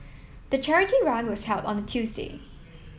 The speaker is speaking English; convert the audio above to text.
the charity run was held on a Tuesday